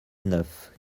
neuf